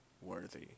worthy